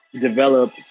develop